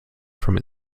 from